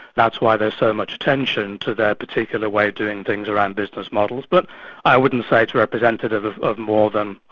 that's why there's so much attention to their particular way of doing things around business models, but i wouldn't say it's representative of more than,